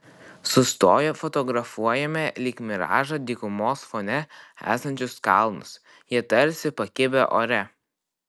sustoję fotografuojame lyg miražą dykumos fone esančius kalnus jie tarsi pakibę ore